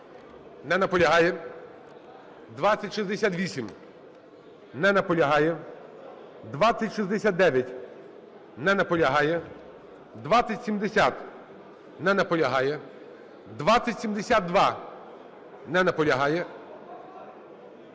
2068. Не наполягає. 2069. Не наполягає. 2070. Не наполягає. 2072. Не наполягає.